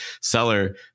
seller